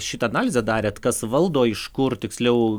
šitą analizę darėt kas valdo iš kur tiksliau